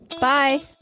Bye